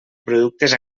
productes